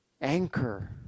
anchor